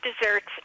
desserts